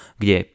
kde